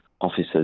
officers